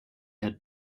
had